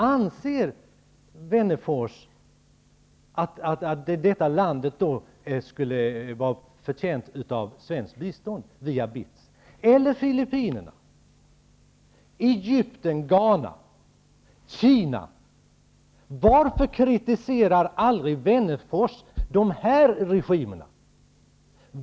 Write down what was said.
Anser Alf Wennerfors att detta land skulle vara förtjänt av svenskt bistånd via BITS? Eller Filippinerna, Egypten, Ghana eller Kina -- varför kritiserar aldrig Alf Wennerfors dessa regimer?